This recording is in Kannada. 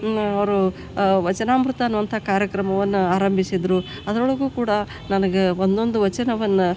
ಅವರು ವಚನಾಮೃತ ಅನ್ನುವಂಥ ಕಾರ್ಯಕ್ರಮವನ್ನು ಆರಂಭಿಸಿದರು ಅದರೊಳಗೂ ಕೂಡ ನನಗೆ ಒಂದೊಂದು ವಚನವನ್ನು